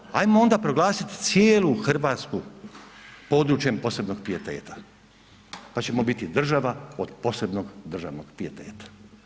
Ajmo onda, ajmo onda proglasiti cijelu Hrvatsku područjem posebnog pijeteta pa ćemo biti država od posebnog državnog pijeteta.